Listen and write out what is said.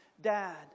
Dad